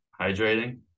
hydrating